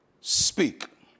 speak